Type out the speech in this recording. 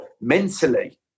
mentally